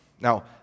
Now